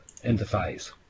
interface